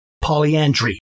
polyandry